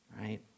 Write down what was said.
right